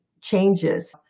changes